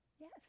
Yes